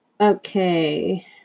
Okay